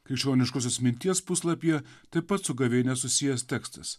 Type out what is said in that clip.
krikščioniškosios minties puslapyje taip pat su gavėnia susijęs tekstas